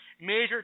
major